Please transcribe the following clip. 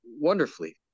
wonderfully